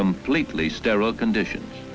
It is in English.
completely sterile conditions